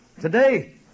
Today